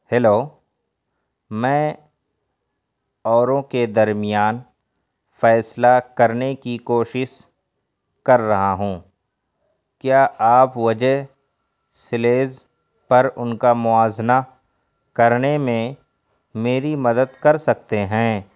hello میں اوروں کے درمیان فیصلہ کرنے کی کوشش کر رہا ہوں کیا آپ وِجَے سلیز پر ان کا موازنہ کرنے میں میری مدد کر سکتے ہیں